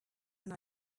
and